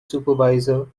supervisor